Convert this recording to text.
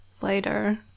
later